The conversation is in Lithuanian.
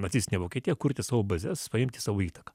nacistinė vokietija kurti savo bazes paimti savo įtaką